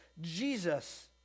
Jesus